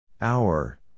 Hour